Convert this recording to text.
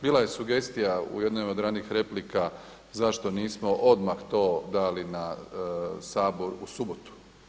Bila je sugestija u jednoj od ranijih replika zašto nismo odmah to dali na Sabor u subotu.